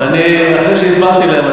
אחרי שהסברתי להם,